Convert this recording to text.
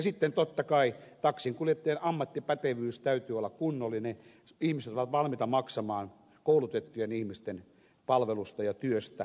sitten totta kai taksinkuljettajien ammattipätevyys täytyy olla kunnollinen ihmiset ovat valmiita maksamaan koulutettujen ihmisten palvelusta ja työstä